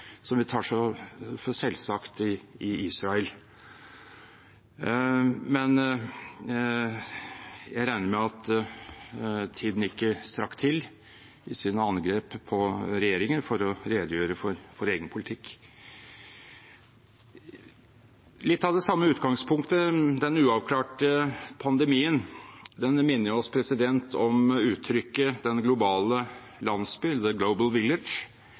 som vi tar som selvsagt i Israel. Men jeg regner med at tiden ikke strakk til, i sine angrep på regjeringen, for å redegjøre for egen politikk. Litt av det samme utgangspunktet: Den uavklarte pandemien minner oss om uttrykket «Den globale landsbyen» – «The global